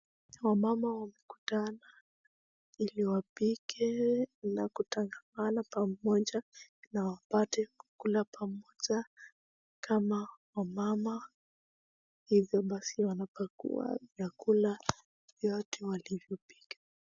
Wamama hukutana ili wapike na kutangamana pamoja na wapate kukula pamoja kama wamama. Hivyo basi wanapakua vyakula vya watu walivyopika.